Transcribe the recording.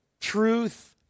truth